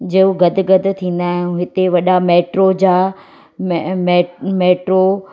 जो जो गदगदु थींदा आहियूं हिते वॾा मैट्रो जा मैट्रो